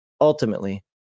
ultimately